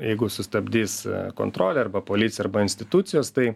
jeigu sustabdys kontrolė arba policija arba institucijos tai